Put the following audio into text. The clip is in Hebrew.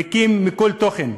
ריקים מכל תוכן.